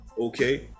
okay